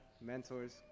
mentors